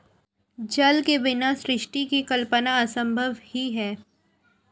जल के बिना सृष्टि की कल्पना असम्भव ही है